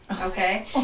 Okay